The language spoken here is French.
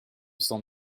cent